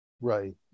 Right